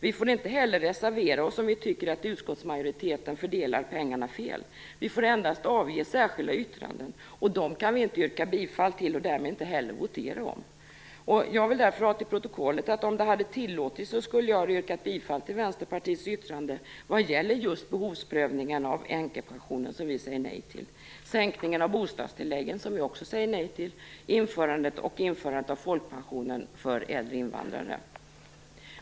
Vi får inte heller reservera oss om vi tycker att utskottsmajoriteten fördelar pengarna fel. Vi får endast avge särskilda yttranden, och dem kan vi inte yrka bifall till och därmed inte heller votera om. Jag vill därför ha till protokollet att om det hade tillåtits skulle jag ha yrkat bifall till Vänsterpartiets yttrande vad gäller just behovsprövningen av änkepensionen som vi säger nej till, sänkningen av bostadstilläggen som vi också säger nej till och införande av folkpension för äldre invandrare.